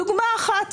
אתן דוגמה אחת,